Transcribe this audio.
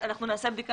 נעשה בדיקה